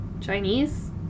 Chinese